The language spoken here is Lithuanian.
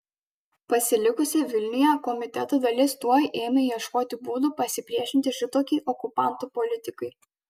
pasilikusi vilniuje komiteto dalis tuoj ėmė ieškoti būdų pasipriešinti šitokiai okupantų politikai